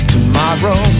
Tomorrow